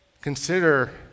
Consider